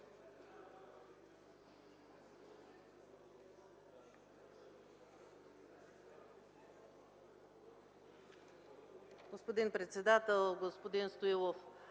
Господин председател, господин Стоилов!